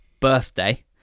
birthday